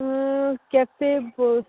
cafe Bose